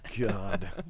God